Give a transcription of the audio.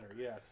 yes